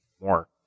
more